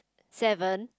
seven